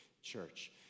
Church